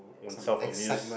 when self amused